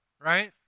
right